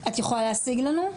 את יכולה להשיג לנו?